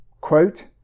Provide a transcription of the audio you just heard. quote